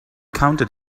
counted